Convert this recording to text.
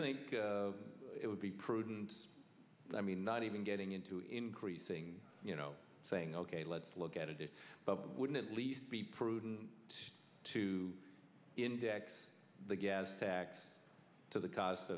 would be prudent i mean not even getting into increasing you know saying ok let's look at it it wouldn't least be prudent to index the gas tax to the cost